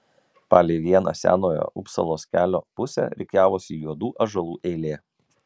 palei vieną senojo upsalos kelio pusę rikiavosi juodų ąžuolų eilė